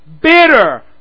bitter